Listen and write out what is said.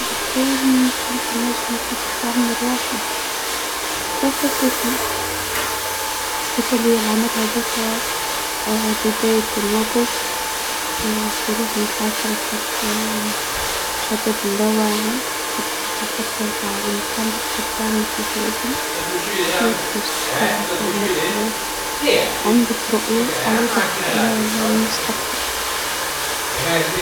لو كان كنت ماشي مثبت عمر واحد ثلاثة وثلاثين، ختالية العمر هذاكا بداية النضج، الخروج من بعد تعطل شباب اللاواعي، تدخلي في الفترة نتاع انك عندك خبرة انك متواجدة حياتك مستقرة في العمر هذاك، عندك رؤية اوضح للمستقبل.